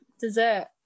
dessert